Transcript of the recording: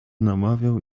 namawiał